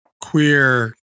queer